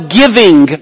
giving